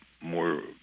more